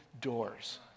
doors